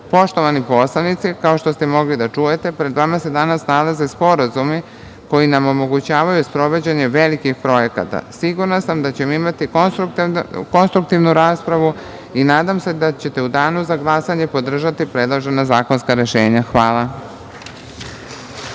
potrošača. Poštovani poslanici, kao što ste mogli da čujete, pred vama se danas nalaze sporazumi koji nam omogućavaju sprovođenje velikih projekata. Sigurna sam da ćemo imati konstruktivnu raspravu i nadam se da ćete u danu za glasanje podržati predložena zakonska rešenja. Hvala.